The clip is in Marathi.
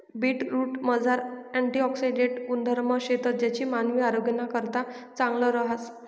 बीटरूटमझार अँटिऑक्सिडेंट गुणधर्म शेतंस ज्या मानवी आरोग्यनाकरता चांगलं रहास